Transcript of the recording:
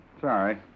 Sorry